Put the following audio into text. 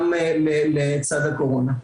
גם לצד הקורונה.